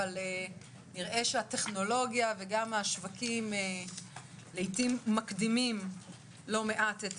אבל נראה שהטכנולוגיה וגם השווקים לעיתים מקדימים לא מעט את